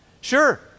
Sure